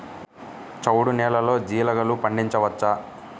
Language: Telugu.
చవుడు నేలలో జీలగలు పండించవచ్చా?